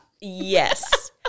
Yes